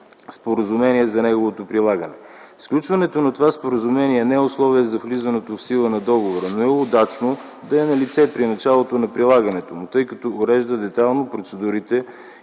споразумение за неговото прилагане. Сключването на това споразумение не е условие за влизането в сила на договора, но е удачно да е налице при началото на прилагането му, тъй като урежда детайлно процедурите